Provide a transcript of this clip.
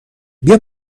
بیا